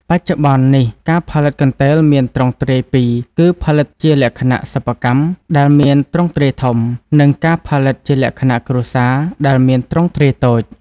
បច្ចុប្បន្ននេះ ការផលិតកន្ទេលមានទ្រង់ទ្រាយពីរ គឺផលិតជាលក្ខណៈសិប្បកម្ម ដែលមានទ្រង់ទ្រាយធំ និងការផលិតជាលក្ខណៈគ្រួសារដែលមានទ្រង់ទ្រាយតូច ។